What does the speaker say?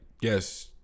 yes